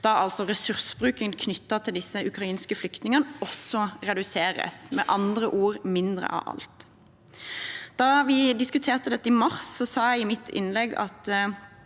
ressursbruken knyttet til de ukrainske flyktningene også reduseres – med andre ord mindre av alt. Da vi diskuterte dette i mars, sa jeg i mitt innlegg at